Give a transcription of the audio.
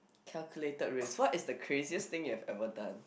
calculated risk what is the craziest thing you have ever done